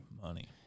money